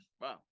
Wow